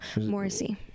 Morrissey